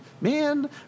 man